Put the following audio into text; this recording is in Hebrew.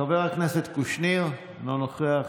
חבר הכנסת קושניר, אינו נוכח.